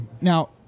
Now